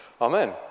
Amen